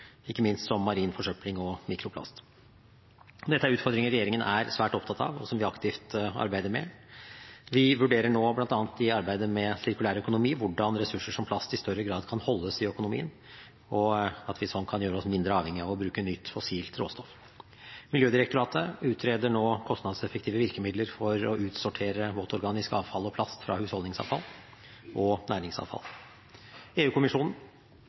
ikke minst som marin forsøpling og mikroplast. Dette er utfordringer som regjeringen er svært opptatt av, og som vi aktivt arbeider med. Vi vurderer nå, bl.a. i arbeidet med sirkulær økonomi, hvordan ressurser som plast i større grad kan holdes i økonomien, og at vi slik kan gjøre oss mindre avhengig av å bruke nytt fossilt råstoff. Miljødirektoratet utreder nå kostnadseffektive virkemidler for å utsortere våtorganisk avfall og plast fra husholdningsavfall og næringsavfall.